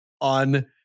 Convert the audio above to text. on